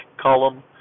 column